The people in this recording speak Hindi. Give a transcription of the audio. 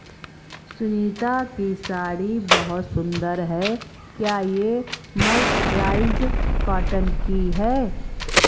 सुनीता की साड़ी बहुत सुंदर है, क्या ये मर्सराइज्ड कॉटन की है?